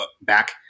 back